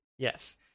Yes